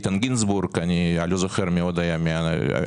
איתן גינזבורג ואני לא זוכר מי עוד היה מהנשיאות.